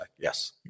Yes